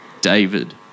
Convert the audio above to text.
David